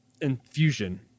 infusion